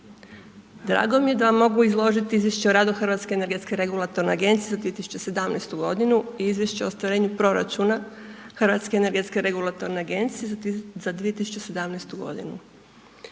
Drago mi je da vam mogu izložiti izvješće o radu Hrvatske energetske regulatorne agencije za 2017. i izvješće o ostvarenju proračuna Hrvatske energetske regulatorne agencije za 2017. g.